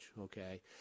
okay